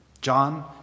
John